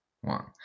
one